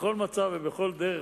בכל מצב ובכל דרך,